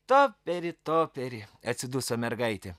toperi toperi atsiduso mergaitė